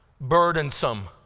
burdensome